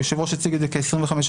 היושב-ראש הציג את זה כ-25%,